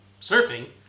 surfing